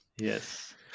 yes